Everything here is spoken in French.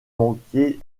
manquer